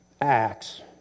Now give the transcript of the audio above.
Acts